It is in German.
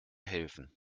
helfen